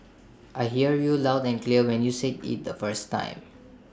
I hear you loud and clear when you said IT the first time